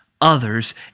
others